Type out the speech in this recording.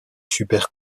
super